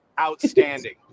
outstanding